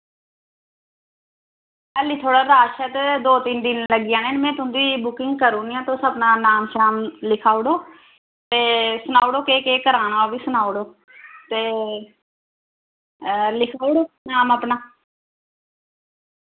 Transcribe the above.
हाली थोह्ड़ा रश ऐ ते दो तिन दिन लग्गी जाने न मैं तुंदी बुकिंग करूनी आं तुस अपना नाम शाम लिखाऊड़ो ते सनाउड़ो केह् केह् कराना ओह् वी सनाउड़ो ते लिखाउड़ो नाम अपना